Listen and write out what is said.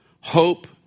hope